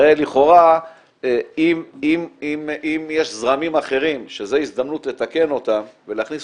הרי לכאורה אם יש זרמים אחרים שזו ההזדמנות לתקן אותם ולהכניס